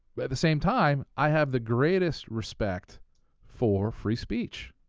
but at the same time, i have the greatest respect for free speech.